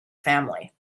family